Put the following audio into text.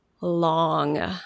long